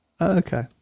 Okay